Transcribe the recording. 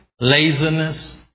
Laziness